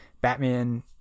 Batman